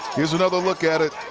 here's another look at it.